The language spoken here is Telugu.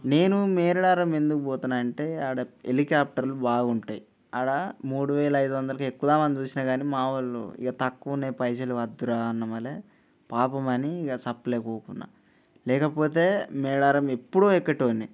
నేను మేడారం ఎందుకు పోతాను అంటే ఆడ హెలికాప్టర్లు బాగుంటాయి ఆడ మూడు వేల ఐదు వందలు ఎక్కుదామని చూసిన కానీ మా వాళ్ళు ఇక తక్కువ ఉన్నాయి పైసలు ఇక వద్దురా అనమలె పాపం అని ఇక చప్పున కూర్చున్న లేకపోతే మేడారం ఎప్పుడో ఎక్కే వాన్ని